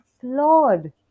flawed